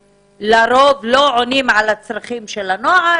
לרוב לא עונות על הצרכים של הנוער,